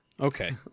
Okay